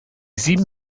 sieben